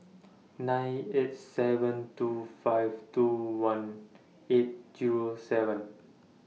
nine eight seven two five two one eight Zero seven